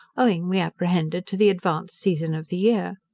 owing we apprehended to the advanced season of the year.